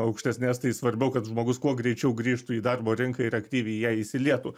aukštesnės tai svarbiau kad žmogus kuo greičiau grįžtų į darbo rinką ir aktyviai į ją įsilietų